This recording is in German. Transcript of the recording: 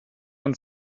und